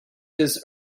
his